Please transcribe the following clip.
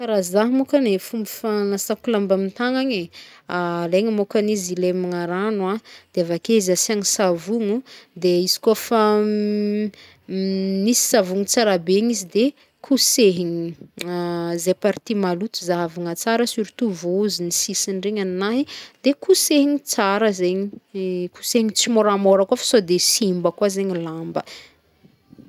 Ya, izy kaofa hanadio fitaratra maloto zegny e, afaka môko zegny mampiasa eponge miaraka amina savogno, de igny asiantegna rano de kosehintegna ake, de avakeo malaka lamba mady tsara antegna afaka hilomagntegna rano hely koa fihazana tsara ampanarahigny fagnondroa a, de fanintelo amjay malaka taratasy na emballazy megny de igny amaragnana azy de mipilapilatra tsara izy avake.